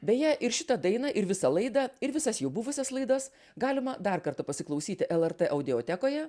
beje ir šitą dainą ir visą laidą ir visas jau buvusias laidas galima dar kartą pasiklausyti lrt audiotekoje